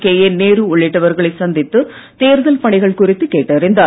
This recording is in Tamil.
கேஏ நேரு உள்ளிட்டவர்களை சந்தித்து தேர்தல் பணிகள் குறித்து கேட்டறிந்தார்